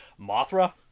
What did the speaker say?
Mothra